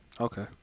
Okay